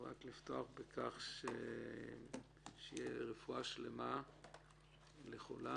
נפתח בכך שתהיה רפואה שלמה לכולם,